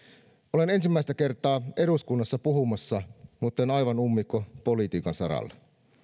olen ensimmäistä kertaa eduskunnassa puhumassa mutta en aivan ummikko politiikan saralla